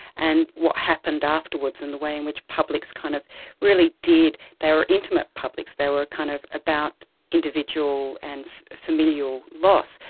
and what happened afterwards and the way in which publics kind of really really did, they were intimate publics, they were kind of about individual and familial loss.